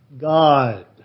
God